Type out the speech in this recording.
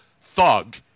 thug